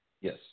Yes